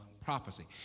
prophecy